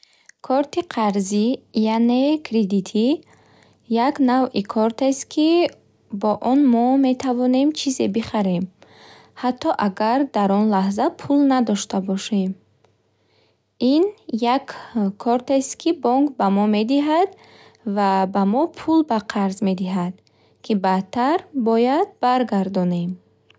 Корти қарзӣ яъне кредитӣ як навъи кортест, ки бо он мо метавонем чизе бихарем, ҳатто агар дар он лаҳза пул надошта бошем. Ин як кортест, ки бонк ба мо медиҳад ва ба мо пул ба қарз медиҳад, ки баъдтар бояд баргардонем.